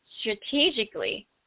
strategically